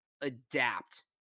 adapt